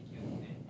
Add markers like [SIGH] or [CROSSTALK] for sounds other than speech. [BREATH]